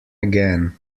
again